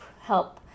help